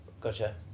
Gotcha